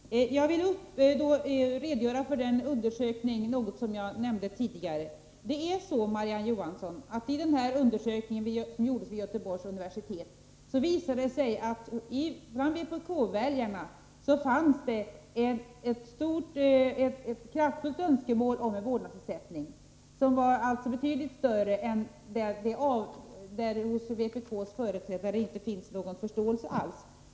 Herr talman! Jag vill redogöra litet närmare för den undersökning som jag talade om tidigare. I denna undersökning, som gjordes vid Göteborgs universitet, visade det sig att det bland vpk-väljarna fanns ett starkt önskemål om en vårdnadsersättning, för vilken det bland partiets företrädare inte finns någon förståelse alls.